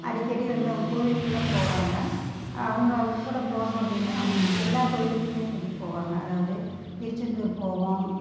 அடிக்கடி வந்து அவங்க கோயிலுக்கெலாம் போவாங்க அவங்க கூட போனோம் அப்படின்னா அவங்க எல்லா கோயிலுக்குமே கூட்டிகிட்டு போவாங்க அதாவது திருச்செந்தூர் போவோம்